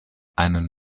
einen